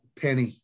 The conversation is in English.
Penny